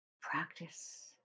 practice